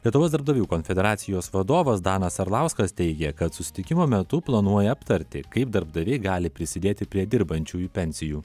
lietuvos darbdavių konfederacijos vadovas danas arlauskas teigė kad susitikimo metu planuoja aptarti kaip darbdaviai gali prisidėti prie dirbančiųjų pensijų